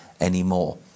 anymore